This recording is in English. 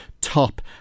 top